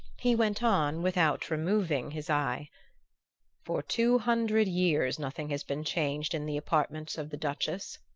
he went on, without removing his eye for two hundred years nothing has been changed in the apartments of the duchess.